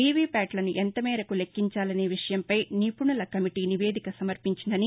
VV ప్యాట్లను ఎంత మేరకు లెక్కించాలనే విషయంపై నిపుణుల కమిటీ నివేదిక సమర్పించిందని